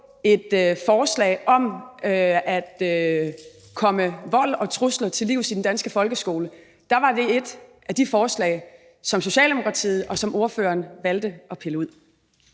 et forslag om at komme vold og trusler til livs i den danske folkeskole, var det et af de forslag, som Socialdemokratiet og ordføreren valgte at pille ud.